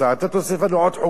אתה תוסיף לנו עוד חוקים